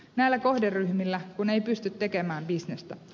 näillä kohderyhmillä ei pysty tekemään bisnestä